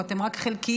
או אתם רק חלקיים,